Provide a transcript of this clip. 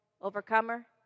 Overcomer